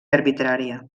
arbitrària